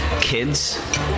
kids